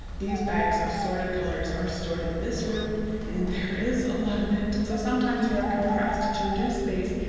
these bags of sorted colors are stored in this room and there is a lot of it so sometimes they are compressed, to reduce space,